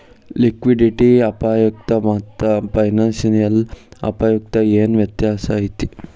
Liquidity ಅಪಾಯಕ್ಕಾಮಾತ್ತ financial ಅಪ್ಪಾಯಕ್ಕ ಏನ್ ವ್ಯತ್ಯಾಸೈತಿ?